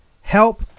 help